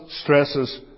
stresses